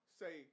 say